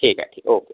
ठीक आहे ठीक आहे ओके